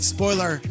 Spoiler